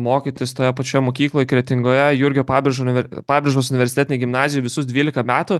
mokytis toje pačioje mokykloj kretingoje jurgio pabrėžo univ pabrėžos universitetinėj gimnazijoj visus dvylika metų